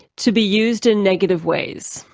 to be used in negative ways.